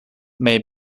may